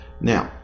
Now